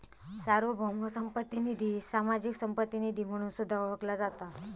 सार्वभौम संपत्ती निधी, सामाजिक संपत्ती निधी म्हणून सुद्धा ओळखला जाता